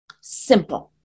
Simple